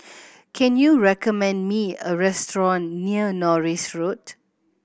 can you recommend me a restaurant near Norris Road